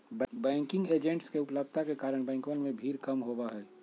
banking agents के उपलब्धता के कारण बैंकवन में भीड़ कम होबा हई